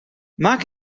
maak